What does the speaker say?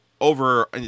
over